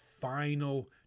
final